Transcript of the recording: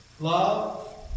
Love